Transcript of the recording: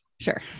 sure